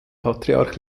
patriarch